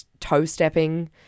toe-stepping